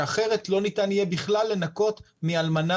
שאחרת לא ניתן יהיה בכלל לנכות מאלמנה